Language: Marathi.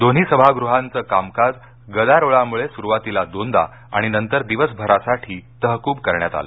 दोन्ही सभागृहांचं कामकाज गदारोळामुळे सुरुवातीला दोनदा आणि नंतर दिवसभरासाठी तहकूब करण्यात आलं